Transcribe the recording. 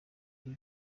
ibi